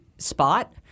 spot